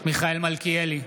מיכאל מלכיאלי,